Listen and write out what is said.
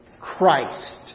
Christ